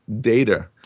data